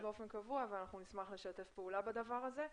באופן קבוע ואנחנו נשמח לשתף פעולה בדבר הזה.